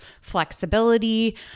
flexibility